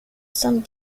some